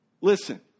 listen